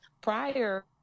prior